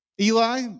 Eli